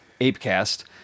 Apecast